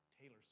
Taylor